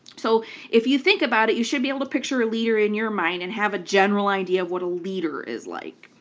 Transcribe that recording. so if you think about it you should be able to picture a liter in your mind and have a general idea of what a liter is like,